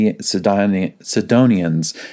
Sidonians